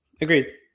Agreed